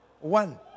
one